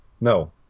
no